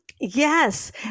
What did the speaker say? Yes